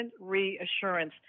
reassurance